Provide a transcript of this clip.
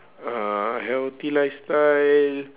uh healthy lifestyle